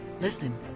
listen